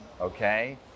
okay